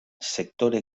sektore